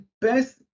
best